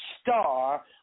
star